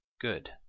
good